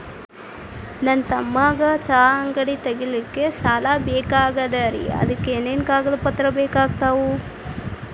ನನ್ನ ತಮ್ಮಗ ಚಹಾ ಅಂಗಡಿ ತಗಿಲಿಕ್ಕೆ ಸಾಲ ಬೇಕಾಗೆದ್ರಿ ಅದಕ ಏನೇನು ಕಾಗದ ಪತ್ರ ಬೇಕಾಗ್ತವು?